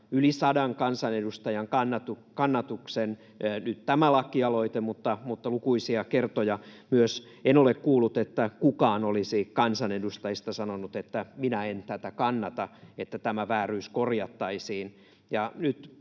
yli sadan kansanedustajan kannatuksen nyt tämä lakialoite, mutta myös lukuisia kertoja. En ole kuullut, että kukaan kansanedustajista olisi sanonut, että minä en tätä kannata, että tämä vääryys korjattaisiin,